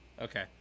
Okay